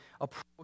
approach